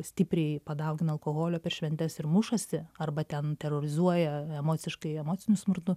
stipriai padaugina alkoholio per šventes ir mušasi arba ten terorizuoja emociškai emociniu smurtu